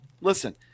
listen